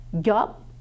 job